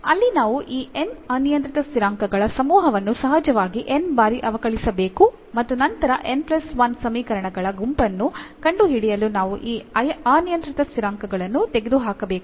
ಅಲ್ಲಿ ನಾವು ಈ n ಅನಿಯಂತ್ರಿತ ಸ್ಥಿರಾಂಕಗಳ ಸಮೂಹವನ್ನು ಸಹಜವಾಗಿ n ಬಾರಿ ಅವಕಲಿಸಬೇಕು ಮತ್ತು ನಂತರ n 1 ಸಮೀಕರಣಗಳ ಗುಂಪನ್ನು ಕಂಡುಹಿಡಿಯಲು ನಾವು ಈ ಅನಿಯಂತ್ರಿತ ಸ್ಥಿರಾಂಕಗಳನ್ನು ತೆಗೆದುಹಾಕಬೇಕಾಗಿದೆ